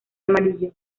amarillo